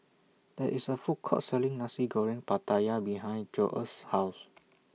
There IS A Food Court Selling Nasi Goreng Pattaya behind Jose's House